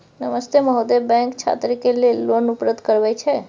नमस्ते महोदय, बैंक छात्र के लेल लोन उपलब्ध करबे छै?